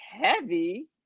heavy